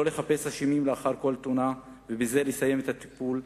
לא לחפש אשמים לאחר כל תאונה ובזה לסיים את הטיפול,